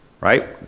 Right